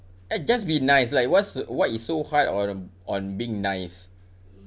like just be nice like what's so what is so hard on them on being nice